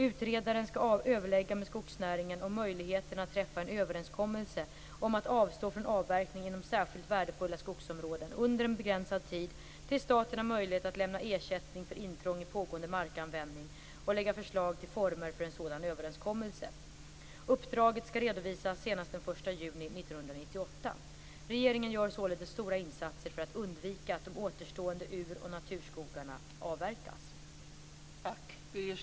Utredaren skall överlägga med skogsnäringen om möjligheterna att träffa en överenskommelse om att avstå från avverkning inom särskilt värdefulla skogsområden under en begränsad tid till dess att staten har möjlighet att lämna ersättning för intrång i pågående markanvändning och lägga fram förslag till former för en sådan överenskommelse. Uppdraget skall redovisas senast den 1 juni 1998. Regeringen gör således stora insatser för att undvika att de återstående ur och naturskogarna avverkas.